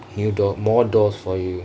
new door more doors for you